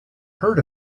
heard